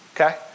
Okay